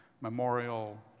memorial